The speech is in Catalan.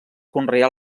conreà